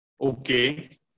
Okay